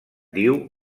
diu